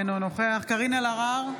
אינו נוכח קארין אלהרר,